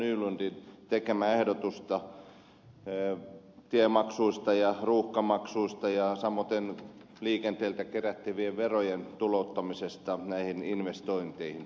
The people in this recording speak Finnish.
nylundin tekemää ehdotusta tiemaksuista ja ruuhkamaksuista ja samoiten liikenteeltä kerättävien verojen tulouttamisesta näihin investointeihin